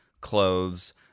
clothes